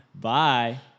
Bye